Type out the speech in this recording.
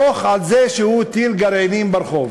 דוח על זה שהוא הטיל גרעינים ברחוב.